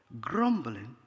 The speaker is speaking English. Grumbling